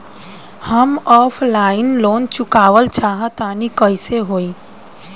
हम offline loan चुकावल चाहऽ तनि कइसे होई?